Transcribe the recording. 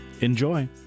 Enjoy